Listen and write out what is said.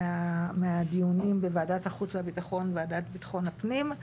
מהדיונים בוועדת החוץ והיבטחון וועדת ביטחון הפנים.